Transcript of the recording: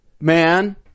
man